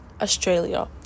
Australia